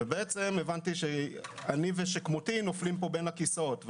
הבנתי שאני ושכמותי נופלים פה בין הכיסאות,